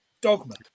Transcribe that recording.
Dogma